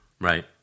Right